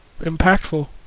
impactful